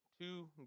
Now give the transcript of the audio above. two